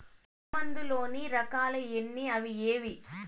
పులుగు మందు లోని రకాల ఎన్ని అవి ఏవి?